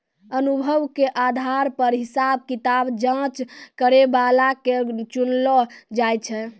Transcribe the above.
अनुभव के आधार पर हिसाब किताब जांच करै बला के चुनलो जाय छै